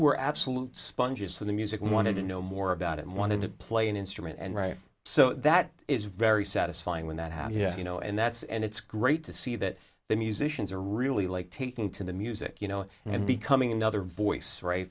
were absolute sponges for the music we wanted to know more about and wanted to play an instrument and write so that is very satisfying when that happened yes you know and that's and it's great to see that the musicians are really like taking to the music you know and becoming another voice right